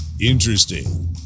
interesting